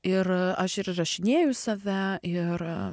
ir aš ir įrašinėju save ir